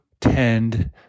tend